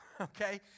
okay